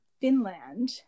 Finland